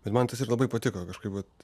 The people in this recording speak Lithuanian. bet man tas ir labai patiko kažkaip vat